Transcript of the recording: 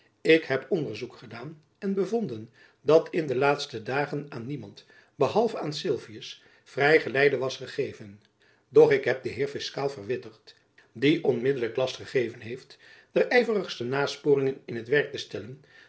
ik heb onderzoek gedaan en bevonden dat in de laatste dagen aan niemand behalve aan sylvius vrijgeleide was gegeven doch ik heb den heer fiskaal verwittigd die onmiddelijk last gegeven heeft de yverigste nasporingen in het werk te stellen